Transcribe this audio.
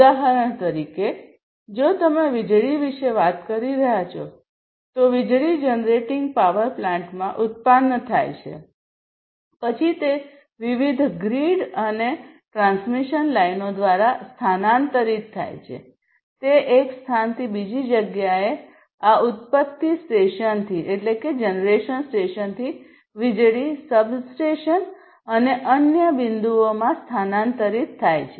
ઉદાહરણ તરીકે જો તમે વીજળી વિશે વાત કરી રહ્યા છો વીજળી જનરેટિંગ પાવર પ્લાન્ટમાં ઉત્પન્ન થાય છે પછી તે વિવિધ ગ્રીડ અને ટ્રાન્સમિશન લાઇનો દ્વારા સ્થાનાંતરિત થાય છે તે એક સ્થાનથી બીજી જગ્યાએ આ ઉત્પત્તિ સ્ટેશનથી વીજળી સબસ્ટેશન અને અન્ય અન્ય બિંદુઓમાં સ્થાનાંતરિત થાય છે